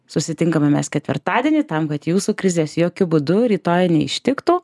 susitinkame mes ketvirtadienį tam kad jūsų krizės jokiu būdu rytoj neištiktų